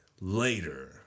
Later